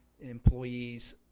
employees